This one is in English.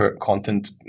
content